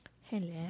Hello